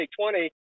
2020